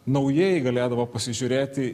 naujai galėdavo pasižiūrėti